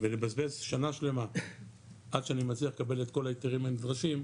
ולבזבז שנה שלמה עד שאני מצליח לקבל את כל ההיתרים הנדרשים,